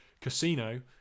Casino